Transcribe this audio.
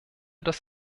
das